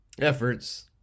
efforts